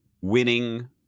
winning